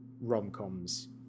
rom-coms